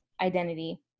identity